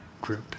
group